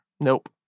Nope